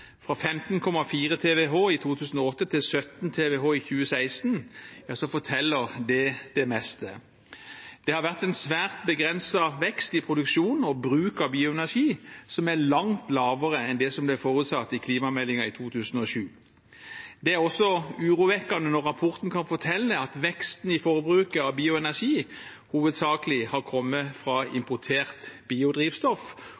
fra 15,4 TWh i 2008 til 17 TWh i 2016, forteller det det meste. Det har vært en svært begrenset vekst i produksjon og bruk av bioenergi, som er langt lavere enn det som ble forutsatt i klimameldingen i 2007. Det er også urovekkende når rapporten kan fortelle at veksten i forbruket av bioenergi hovedsakelig har kommet fra